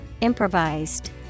Improvised